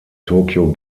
tokyo